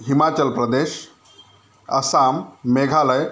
Himachal Pradesh Assam Meghalaya